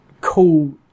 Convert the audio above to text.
cool